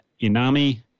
Inami